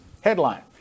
Headline